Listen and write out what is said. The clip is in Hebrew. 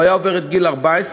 והוא היה עובר את גיל 14,